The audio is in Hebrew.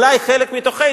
אולי חלק מתוכנו,